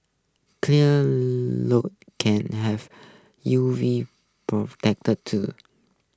clear can have U V protect too